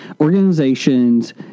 organizations